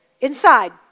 Inside